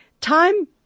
Time